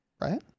right